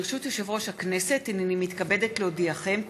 ברשות יושב-ראש הכנסת, הינני מתכבדת להודיעכם,